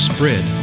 Spread